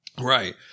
Right